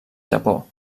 japó